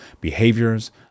behaviors